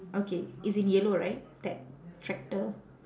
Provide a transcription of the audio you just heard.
okay it's in yellow right that tractor